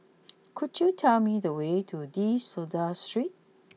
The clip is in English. could you tell me the way to De Souza Street